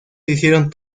hicieron